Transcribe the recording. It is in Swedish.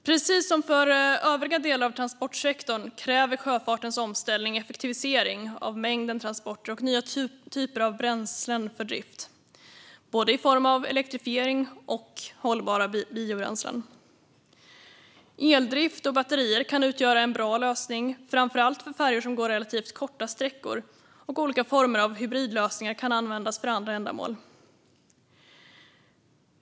Precis som övriga delar av transportsektorn kräver sjöfartens omställning effektivisering av mängden transporter och nya typer av bränslen för drift i form av både elektrifiering och hållbara biobränslen. Eldrift och batterier kan utgöra en bra lösning för framför allt färjor som går relativt korta sträckor, och olika former av hybridlösningar kan användas för andra ändamål.